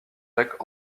grecs